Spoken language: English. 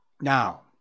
Now